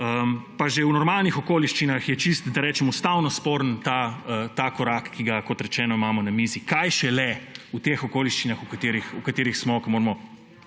Že v normalnih okoliščinah je, da rečem, ustavno sporen ta korak, ki ga imamo na mizi, kaj šele v teh okoliščinah, v katerih smo, ko moramo